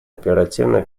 оперативно